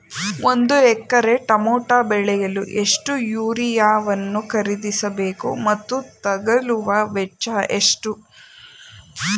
ಒಂದು acre tomato ಬೆಳೆಯಲು ಎಷ್ಟು ಯೂರಿಯಾವನ್ನು ಖರೀದಿಸ ಬೇಕು ಮತ್ತು ತಗಲುವ ವೆಚ್ಚ ಎಷ್ಟು?